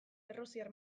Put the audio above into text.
errusiar